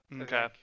Okay